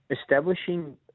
establishing